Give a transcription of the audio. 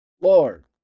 Lord